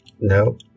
no